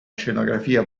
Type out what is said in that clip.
scenografia